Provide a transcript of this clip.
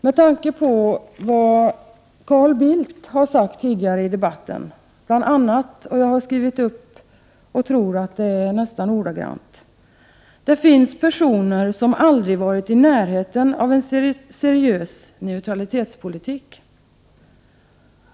Jag har skrivit upp vad Carl Bildt har sagt tidigare i debatten, och jag tror att det är nästan ordagrant: Det finns personer som aldrig har varit i närheten av en seriös neutralitetspolitik.